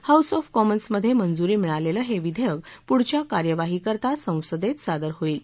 house of कॉमन्समधे मंजुरी मिळालेलं हे विधेयक पुढच्या कार्यवाहीकरता ससंदेत सादर होईल